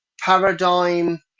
Paradigm